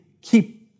keep